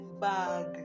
bag